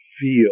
feel